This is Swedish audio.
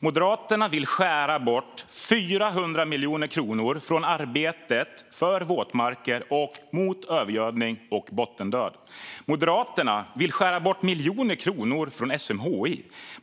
Moderaterna vill skära bort 400 miljoner kronor från arbetet för våtmarker och mot övergödning och bottendöd. Moderaterna vill skära bort miljoner kronor från SMHI.